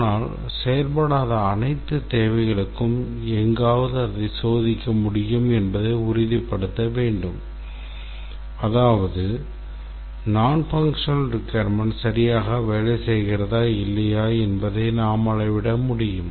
ஆனால் செயல்படாத அனைத்து தேவைகளுக்கும் எங்காவது அதை சோதிக்க முடியும் என்பதை உறுதிப்படுத்த வேண்டும் அதாவது nonfunctional requirements சரியாக வேலை செய்கிறதா இல்லையா என்பதை நாம் அளவிட முடியும்